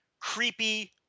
creepy